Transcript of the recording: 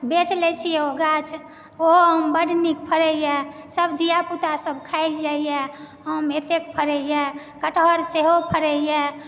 बेच लै छी ओ गाछ ओहो आम बड्ड नीक फड़ैए सब धियापुता सब खाइ जाइए आम एतेक फड़ैए कटहर सेहो फड़ैए